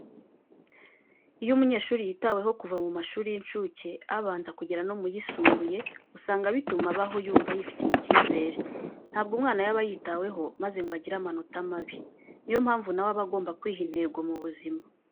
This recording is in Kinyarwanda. Iyo umunyeshuri yitaweho kuva mu mashuri y'incuke, abanza kugera no mu yisumbuye, usanga bituma abaho yumva yifitiye icyizere, ntabwo umwana yaba yitaweho maze ngo agire amanota mabi. Niyo mpamvu na we aba agomba kwiha intego mu buzima.